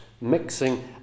mixing